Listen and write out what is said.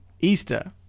Easter